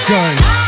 Guns